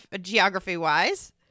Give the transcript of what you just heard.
geography-wise